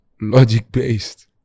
logic-based